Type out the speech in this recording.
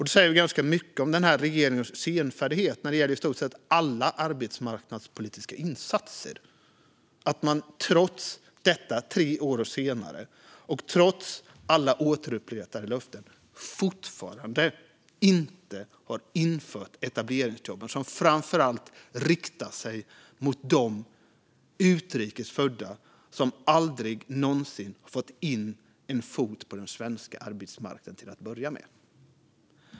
Det säger ganska mycket om den här regeringens senfärdighet när det gäller i stort sett alla arbetsmarknadspolitiska insatser att man tre år senare trots alla återupprepade löften fortfarande inte har infört etableringsjobben, som framför allt riktar sig till de utrikes födda som aldrig någonsin fått in en fot på den svenska arbetsmarknaden till att börja med.